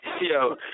Yo